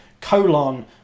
colon